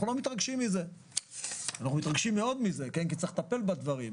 אנחנו מתרגשים מזה כי צריך לטפל בדברים,